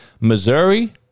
Missouri